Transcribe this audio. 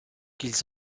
qu’ils